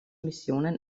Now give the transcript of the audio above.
missionen